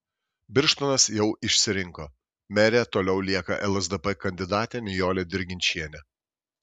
birštonas jau išsirinko mere toliau lieka lsdp kandidatė nijolė dirginčienė